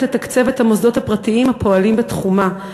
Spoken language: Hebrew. לתקצב את המוסדות הפרטיים הפועלים בתחומה,